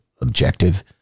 objective